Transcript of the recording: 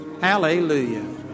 Hallelujah